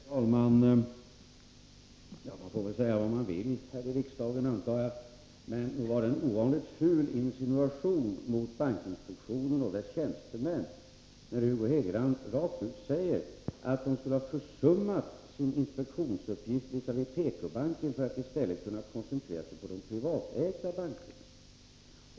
Herr talman! Man får säga vad man vill här i riksdagen, antar jag. Men nog var det en ovanligt ful insinuation mot bankinspektionen och dess tjänstemän, när Hugo Hegeland rakt ut säger att de skulle ha försummat sin inspektionsuppgift visavi PK-banken för att i stället kunna koncentrera sig på de privatägda bankerna.